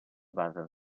bases